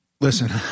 Listen